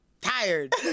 tired